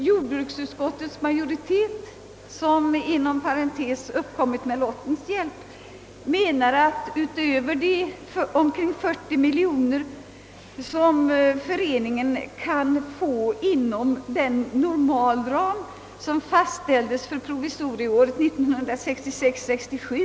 Jordbruksutskottets majoritet, vilken inom parentes är en lottmajoritet, anser att 25 miljoner kronor skall tillföras regleringskassan utöver de omkring 40 miljoner kronor som föreningen kan få inom den ram som fastställts för provisorieåret 1966/ 67.